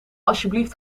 alsjeblieft